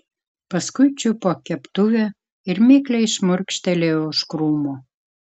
paskui čiupo keptuvę ir mikliai šmurkštelėjo už krūmo